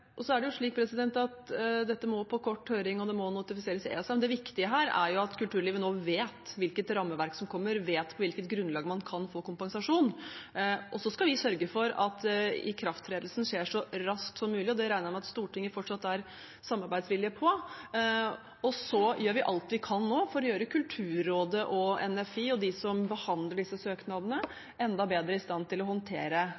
Dette må på kort høring, og det må notifiseres i ESA, men det viktige her er at kulturlivet nå vet hvilket rammeverk som kommer, og vet på hvilket grunnlag man kan få kompensasjon. Så skal vi sørge for at ikrafttredelsen skjer så raskt som mulig, og der regner jeg med at Stortinget fortsatt er samarbeidsvillig. Vi gjør nå alt vi kan for å gjøre Kulturrådet og NFI og de som behandler disse